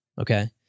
okay